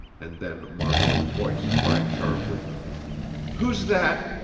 and then margot's voice cried sharply who's that?